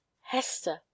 hester